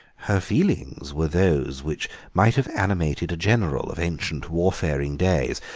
her feelings were those which might have animated a general of ancient warfaring days,